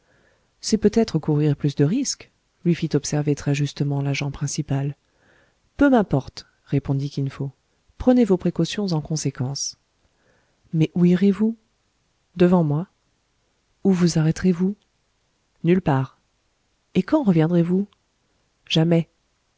c'est peut-être courir plus de risques lui fit observer très justement l'agent principal peu m'importe répondit kin fo prenez vos précautions en conséquence mais où irez-vous devant moi où vous arrêterez vous nulle part et quand reviendrez-vous jamais